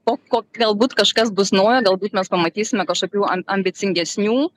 ko ko galbūt kažkas bus naujo galbūt mes pamatysime kažkokių am ambicingesnių